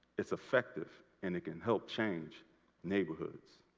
it's effective and it can help change neighborhoods.